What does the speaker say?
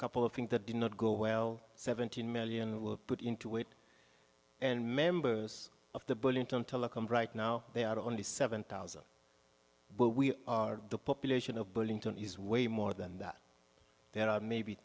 a couple of things that did not go well seventeen million were put into it and members of the brilliant on telecom right now there are only seven thousand but we are the population of burlington is way more than that there are maybe